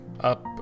up